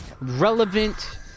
relevant